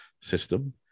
system